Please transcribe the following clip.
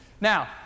Now